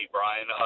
Brian